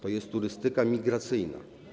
To jest turystyka migracyjna.